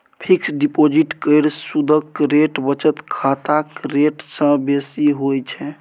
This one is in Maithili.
फिक्स डिपोजिट केर सुदक रेट बचत खाताक रेट सँ बेसी होइ छै